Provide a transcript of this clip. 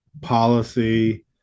policy